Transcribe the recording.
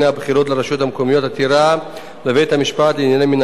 לרשויות המקומיות (עתירה לבית-משפט לעניינים מינהליים),